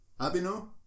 Abino